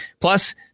Plus